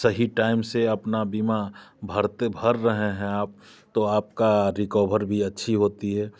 सही टाइम से अपना बीमा भरते भर रहे हैं आप तो आपका रिकवर भी अच्छा होता है